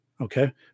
okay